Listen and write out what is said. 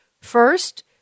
first